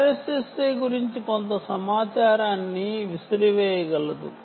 Wi Fi RSSI గురించి కొంత సమాచారాన్ని ఇవ్వగలదు